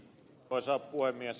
arvoisa puhemies